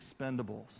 expendables